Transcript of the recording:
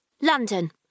London